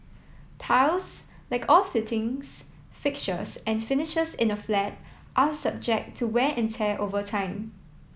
tiles like all fittings fixtures and finishes in a flat are subject to wear and tear over time